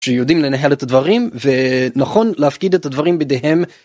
שיודעים לנהל את הדברים ונכון להפקיד את הדברים בידיהם.